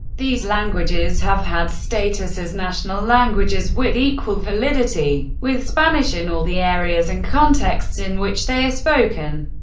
these languages have had status as national languages, with equal validity with spanish in all the areas and contexts in which they are spoken.